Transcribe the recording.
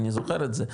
אני זוכר את זה,